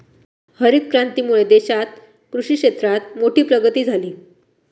हरीत क्रांतीमुळे देशात कृषि क्षेत्रात मोठी प्रगती झाली